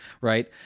right